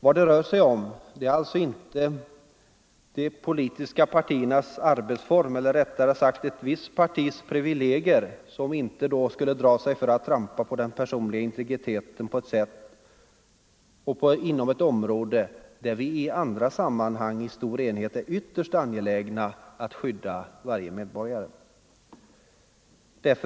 Vad det rör sig om är alltså de politiska partiernas arbetsformer eller rättare sagt ett visst partis privilegier — ett parti som då inte drar sig för att trampa på den personliga integriteten på ett område, där vi i andra sammanhang i stor enighet är ytterst angelägna om att skydda varje medborgare.